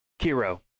Kiro